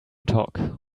talk